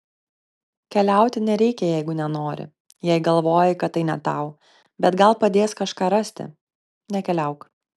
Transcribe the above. keliauti nereikia jeigu nenori jei galvoji kad tai ne tau bet gal padės kažką rasti nekeliauk